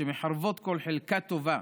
שמחרבות כל חלקה טובה,